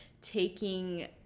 taking